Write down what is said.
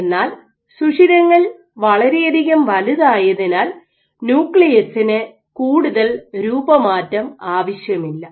എന്നാൽ സുഷിരങ്ങൾ വളരെയധികം വലുതായതിനാൽ ന്യൂക്ലിയസിന് കൂടുതൽ രൂപമാറ്റം ആവശ്യമില്ല